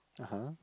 (uh huh)